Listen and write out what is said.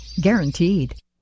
Guaranteed